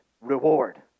reward